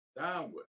downward